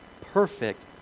perfect